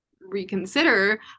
reconsider